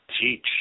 teach